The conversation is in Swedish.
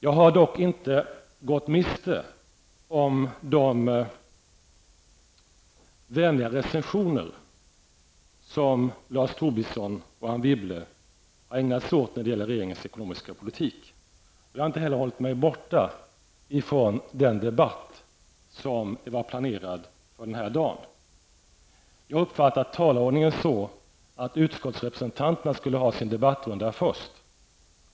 Jag har dock inte gått miste om de vänliga resensioner av regeringens ekonomiska politik som Lars Tobisson och Anne Wibble ägnat sig åt. Jag har inte heller hållit mig borta från den debatt som var planerad för denna dag. Jag uppfattar talarordningen så att utskottsrepresentanterna skulle ha sin debattrunda först.